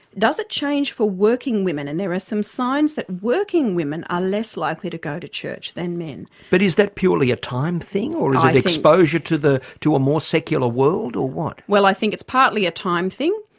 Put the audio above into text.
does it change for working women? and there are some signs that working women are less likely to go to church than men. but is that purely a time thing? exposure to the, to a more secular world, or what? well i think it's partly a time thing.